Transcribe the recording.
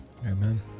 Amen